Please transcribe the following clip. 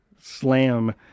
slam